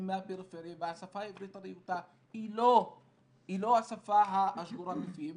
הם מהפריפריה והשפה העברית הרהוטה היא לא השפה השגורה בפיהם,